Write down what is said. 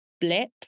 blip